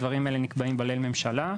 הדברים האלה נקבעים בליל ממשלה,